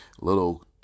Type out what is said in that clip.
little